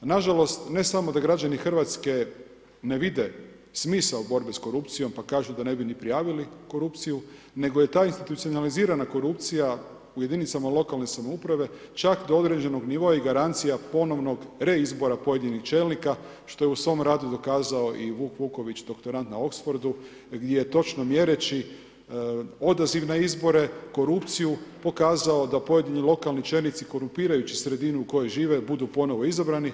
Nažalost ne samo da građani Hrvatske ne vide smisao borbe s korupcijom, pa kažu da ne bi ni prijavili korupciju nego je ta institucionalizirana korupcija u jedinicama lokalne samouprave čak do određenog nivoa i garancija ponovnog reizbora pojedinih čelnika što je u svom radu dokazao i Vuk Vuković doktorant na Oxfordu gdje je točno mjereći odaziv na izbore, korupciju pokazao da pojedini lokalni čelnici korumpirajući sredinu u kojoj žive budu ponovno izabrani.